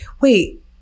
wait